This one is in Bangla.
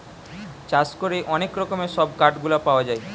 চাষ করে অনেক রকমের সব কাঠ গুলা পাওয়া যায়